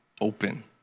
open